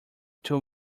too